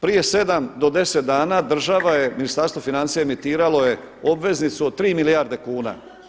Prije 7 do 10 dana država je, Ministarstvo financija emitiralo je obveznicu od tri milijarde kuna.